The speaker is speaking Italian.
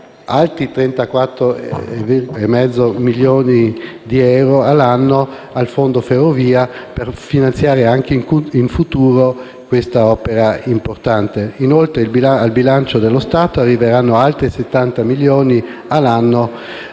Inoltre, al bilancio dello Stato arriveranno altri 70 milioni di euro